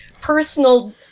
personal